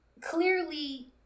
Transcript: Clearly